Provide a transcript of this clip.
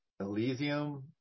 Elysium